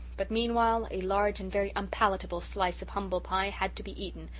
but meanwhile a large and very unpalatable slice of humble pie had to be eaten,